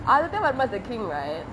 Aditya Varma varma is the king right